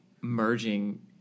merging